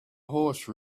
horse